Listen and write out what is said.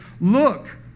look